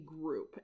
group